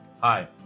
Hi